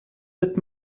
wird